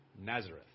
Nazareth